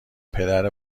پدر